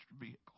vehicle